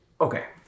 okay